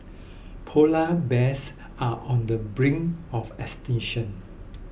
Polar Bears are on the brink of extinction